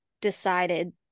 decided